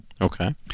okay